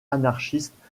anarchiste